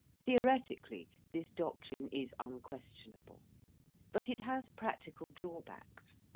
theoretically, this doctrine is unquestionable but it has practical drawbacks.